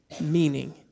meaning